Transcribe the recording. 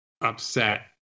upset